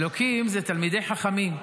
אלוקים זה תלמידי חכמים.